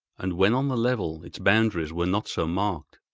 and when on the level its boundaries were not so marked,